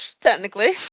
technically